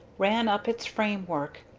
ran up its framework,